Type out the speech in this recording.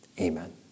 Amen